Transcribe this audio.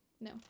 No